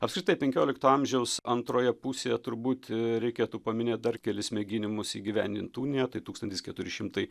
apskritai penkiolikto amžiaus antroje pusėje turbūt reikėtų paminėt dar kelis mėginimus įgyvendint uniją tai tūkstantis keturi šimtai